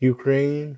Ukraine